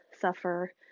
suffer